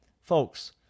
Folks